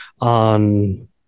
on